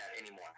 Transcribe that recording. anymore